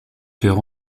perd